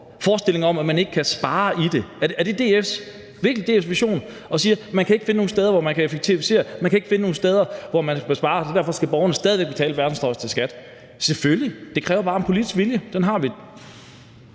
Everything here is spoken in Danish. forestilling om, at man ikke kan spare i det? Er det virkelig DF's vision at sige, at man ikke kan finde nogle steder, hvor man kan effektivisere, at man ikke kan finde nogle steder, hvor man kan spare, så derfor skal borgerne stadig væk betale verdens højeste skat? Selvfølgelig kan man det, det kræver bare en politisk vilje, og den har vi.